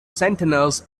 sentinels